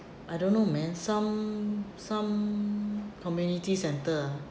I don't know man some some community centre ah